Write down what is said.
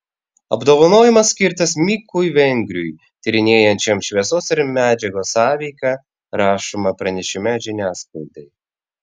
apdovanojimas skirtas mikui vengriui tyrinėjančiam šviesos ir medžiagos sąveiką rašoma pranešime žiniasklaidai